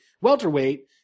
welterweight